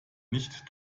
nicht